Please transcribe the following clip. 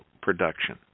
production